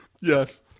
Yes